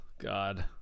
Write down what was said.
god